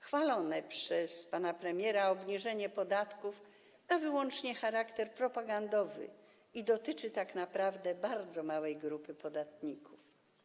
Chwalone przez premiera obniżenie podatków ma wyłącznie charakter propagandowy i dotyczy tak naprawdę bardzo małej grupy podatników.